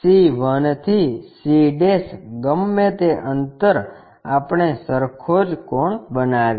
c 1 થી c ગમે તે અંતર આપણે સરખો જ કોણ બનાવીએ